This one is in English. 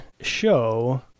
show